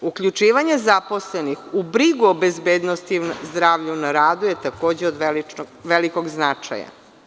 Uključivanjem zaposlenih u brinu o bezbednosti i zdravlju na radu je takođe od velikog značaja.